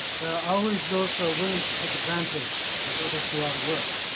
there are always those who are willing to take advantage, let others do all the work.